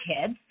kids